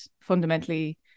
fundamentally